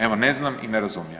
Evo ne znam i ne razumijem.